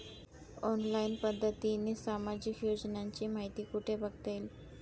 Online पद्धतीने सामाजिक योजनांची माहिती कुठे बघता येईल?